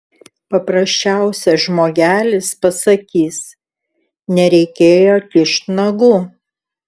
paprasčiausias žmogelis pasakys nereikėjo kišt nagų